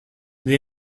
they